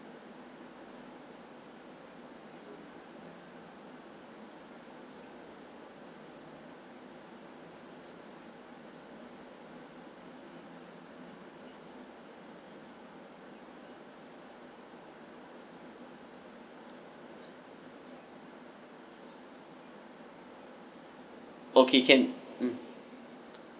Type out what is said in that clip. okay can mm